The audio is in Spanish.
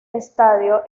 estadio